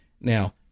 Now